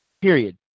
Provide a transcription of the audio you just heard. Period